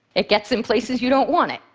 it gets in places you don't want it.